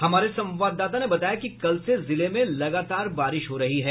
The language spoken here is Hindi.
हमारे संवाददाता ने बताया कि कल से जिले में लगातार बारिश हो रही है